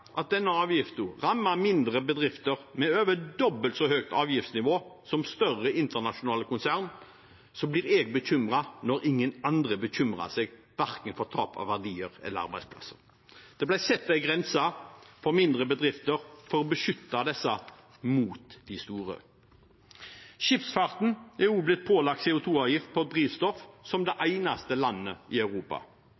at denne avgiften rammer mindre bedrifter med over dobbelt så høyt avgiftsnivå som større internasjonale konsern, så blir jeg bekymret når ingen andre bekymrer seg – verken for tap av verdier eller arbeidsplasser. Det ble satt en grense for mindre bedrifter for å beskytte disse mot de store. Skipsfarten er også blitt pålagt CO 2 -avgift på drivstoff – som det